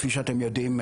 כפי שאתם יודעים,